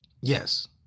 Yes